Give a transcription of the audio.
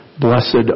Blessed